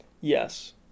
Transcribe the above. yes